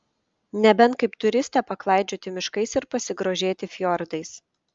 nebent kaip turistė paklaidžioti miškais ir pasigrožėti fjordais